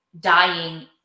dying